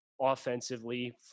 offensively